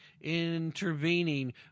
intervening